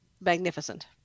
magnificent